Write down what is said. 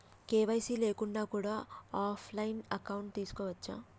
KYC లేకుండా కూడా offline account తీసుకోవచ్చా?